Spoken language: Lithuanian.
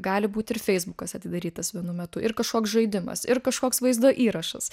gali būti ir feisbukas atidarytas vienu metu ir kažkoks žaidimas ir kažkoks vaizdo įrašas